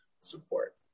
support